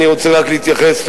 אני רוצה רק להתייחס,